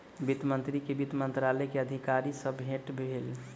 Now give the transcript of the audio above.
वित्त मंत्री के वित्त मंत्रालय के अधिकारी सॅ भेट भेल